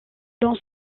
dans